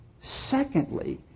Secondly